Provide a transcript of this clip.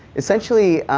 essentially,